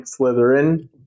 Slytherin